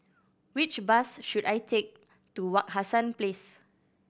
which bus should I take to Wak Hassan Place